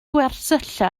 gwersylla